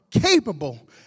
capable